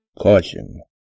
CAUTION